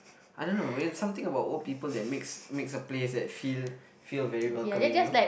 I don't know there's something about old people that makes makes a place I feel feel very welcoming you know